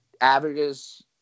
averages